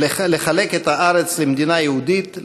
לחלק את הארץ למדינה יהודית,